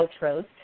outros